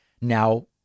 now